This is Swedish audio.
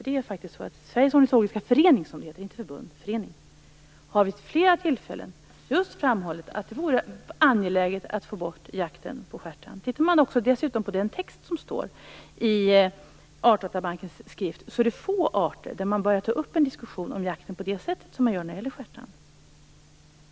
Det är nämligen så att Sveriges Ornitologiska förening, som det heter - inte förbund - vid flera tillfällen har framhållit att det vore angeläget att få bort jakten på stjärtand. Om man dessutom tittar på texten i Artdatabankens skrift ser man att det är få arter för vilka man börjar ta upp en diskussion om jakten på det sätt som görs för stjärtanden.